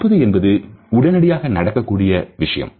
பார்ப்பது என்பது உடனடியாக நடக்கக் கூடிய விஷயம்